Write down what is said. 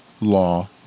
law